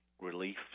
relief